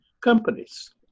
companies